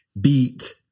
beat